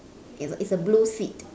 it's a it's a blue seat